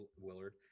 Willard